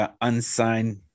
unsigned